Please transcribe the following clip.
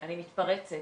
אני מתפרצת.